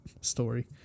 story